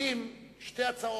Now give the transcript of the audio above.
יכולות לבוא שתי הצעות: